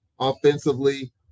Offensively